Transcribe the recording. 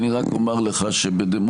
אני רק אומר לך שבדמוקרטיה,